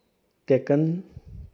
taken